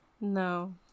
No